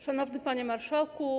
Szanowny Panie Marszałku!